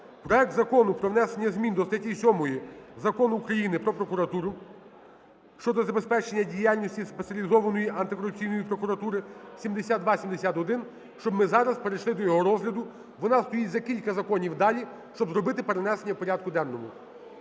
проект Закону про внесення змін до ст. 7 Закону України "Про прокуратуру" (щодо забезпечення діяльності Спеціалізованої антикорупційної прокуратури) (7271). Щоб ми зараз перейшли до його розгляду. Воно стоїть за кілька законів далі. Щоб зробити перенесення в порядку денному.